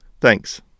Thanks